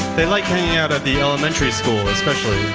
they like meeting out at the elementary school especially.